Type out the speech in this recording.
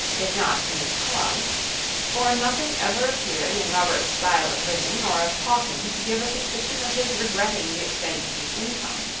if not in its cause for nothing ever appeared in robert's style of living or of talking to give a suspicion of his regretting the extent of his income,